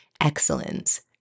excellence